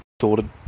Sorted